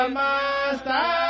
master